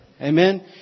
Amen